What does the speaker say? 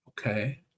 Okay